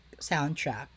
soundtrack